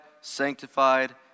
sanctified